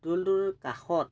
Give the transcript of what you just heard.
দৌলটোৰ কাষত